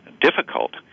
difficult